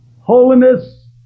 holiness